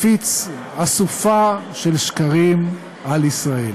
הפיץ אסופה של שקרים על ישראל.